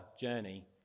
journey